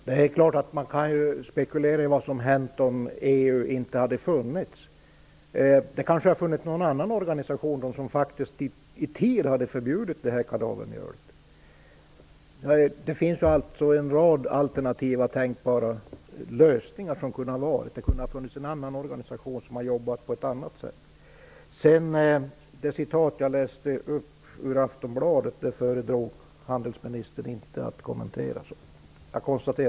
Herr talman! Man kan ju spekulera i vad som hade hänt om EU inte hade funnits. Det hade kanske funnits någon annan organisation som hade förbjudit kadavermjölet i tid. Det finns en rad alternativa tänkbara lösningar på vad som kunde ha varit. Det kunde ha funnits en annan organisation som jobbat på ett annat sätt. Jag konstaterar att handelsministern föredrog att inte kommentera det som stod i Aftonbladet.